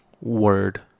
word